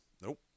Nope